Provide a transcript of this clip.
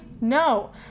No